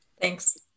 Thanks